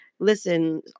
listen